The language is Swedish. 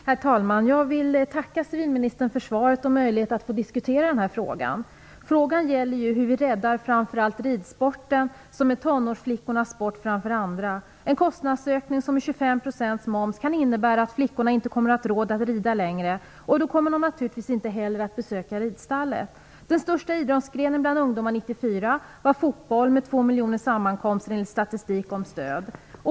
Herr talman! Jag vill tacka civilministern för svaret och för möjligheten att få diskutera den här frågan. Frågan gäller hur vi räddar framför allt ridsporten, som är tonårsflickornas sport framför andra. En kostnadsökning som 25 % moms kan innebära att flickorna inte kommer att ha råd att rida längre. Då kommer de naturligtvis inte heller att besöka ridstallet. var fotboll, med 2 miljoner sammankomster, enligt statistik om stöd.